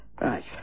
Right